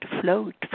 float